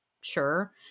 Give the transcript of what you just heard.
Sure